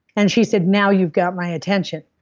and she said, now you've got my attention.